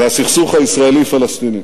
זה הסכסוך הישראלי פלסטיני,